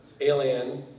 Alien